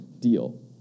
deal